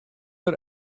der